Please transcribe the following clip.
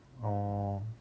orh